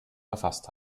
verfasst